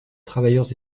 travailleurs